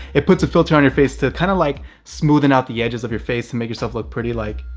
it puts a filter on your face to kind of like smoothing out the edges of your face and make yourself look pretty like,